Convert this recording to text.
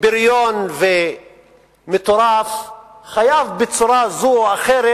בריון ומטורף חייב בצורה זו או אחרת